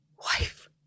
wife